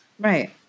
Right